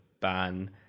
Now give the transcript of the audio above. ban